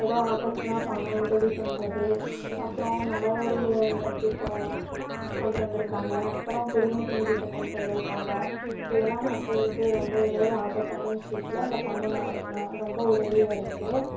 ஏதோ ஆபத்துனால் பணம் உதவி பண்ணுறது அப்புறோம் நலவாரிய திட்டம் கொண்டு வந்திருக்காங்க அப்புறோம் புதுமைப்பெண் திட்டம் கொண்டு வந்திருக்காங்க இதெல்லாம் மக்களுக்கு ரொம்ப ஏதாவது ஆபத்தான விஷயத்தில் இந்த பணம் ந ந ரொம்ப உதவியாக இருக்குது